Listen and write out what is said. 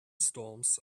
storms